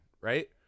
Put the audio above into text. right